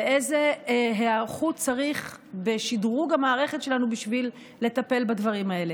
ואיזו היערכות צריך בשדרוג המערכת שלנו בשביל לטפל בדברים האלה.